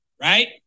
right